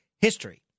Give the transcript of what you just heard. history